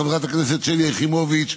חברת הכנסת שלי יחימוביץ,